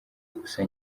gusa